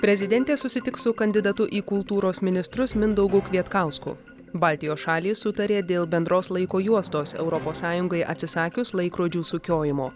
prezidentė susitiks su kandidatu į kultūros ministrus mindaugu kvietkausku baltijos šalys sutarė dėl bendros laiko juostos europos sąjungai atsisakius laikrodžių sukiojimo